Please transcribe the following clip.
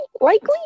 Likely